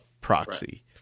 proxy